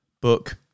book